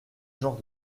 genre